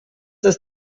ist